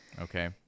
okay